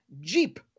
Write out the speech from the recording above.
jeep